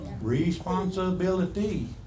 Responsibility